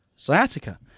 sciatica